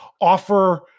offer